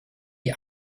die